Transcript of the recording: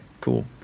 cool